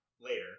later